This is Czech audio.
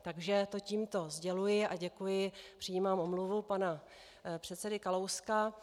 Takže to tímto sděluji a děkuji, přijímám omluvu pana předsedy Kalouska.